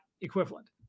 equivalent